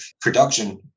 production